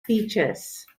features